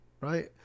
Right